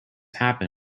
happen